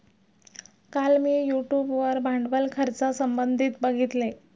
काल मी यूट्यूब वर भांडवल खर्चासंबंधित बघितले